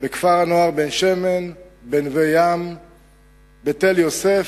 בכפר הנוער בן-שמן, בנווה-ים, בתל-יוסף,